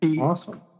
awesome